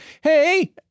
Hey